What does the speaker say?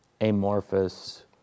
amorphous